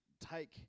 take